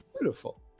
Beautiful